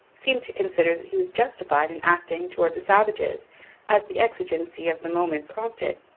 seemed to consider that he was justified in acting towards the savages as the exigency of the moment prompted.